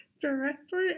directly